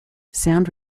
sound